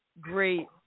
great